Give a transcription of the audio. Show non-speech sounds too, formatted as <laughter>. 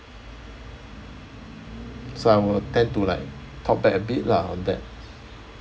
<noise> so I will tend to like talk back a bit lah on that